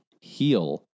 heal